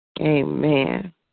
Amen